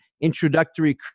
introductory